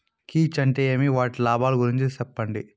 కీచ్ అంటే ఏమి? వాటి లాభాలు గురించి సెప్పండి?